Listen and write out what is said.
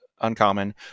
uncommon